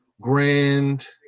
grand